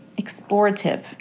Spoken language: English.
explorative